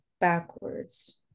backwards